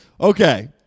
Okay